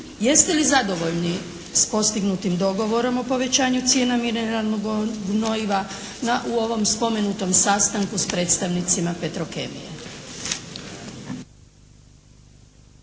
Jeste li zadovoljni s postignutim dogovorom o povećanju cijena mineralnog gnojiva na ovom spomenutom sastanku s predstavnicima Petrokemije?